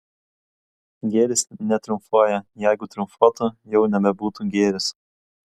gėris netriumfuoja jeigu triumfuotų jau nebebūtų gėris